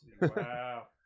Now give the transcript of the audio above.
wow